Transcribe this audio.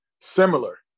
similar